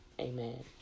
Amen